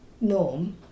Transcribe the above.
norm